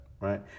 right